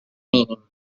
mínim